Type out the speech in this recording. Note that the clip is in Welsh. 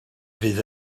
fydd